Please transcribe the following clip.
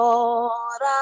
Lord